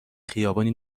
خیابانی